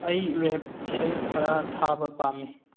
ꯑꯩ ꯔꯦꯞ ꯏꯁꯩ ꯈꯔ ꯊꯥꯕ ꯄꯥꯝꯃꯤ